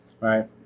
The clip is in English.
right